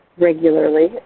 regularly